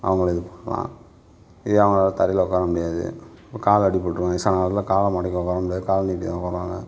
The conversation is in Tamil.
அவங்கள இது பண்ணலாம் இதுவே அவங்களால தரையில் உட்கார முடியாது அப்போ கால் அடிபட்டுரும் வயதான காலத்தில் காலை மடக்கி உட்கார முடியாது கால் நீட்டி தான் உட்காருவாங்க